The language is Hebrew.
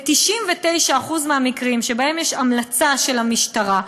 ב-99% מהמקרים שבהם יש המלצה של המשטרה,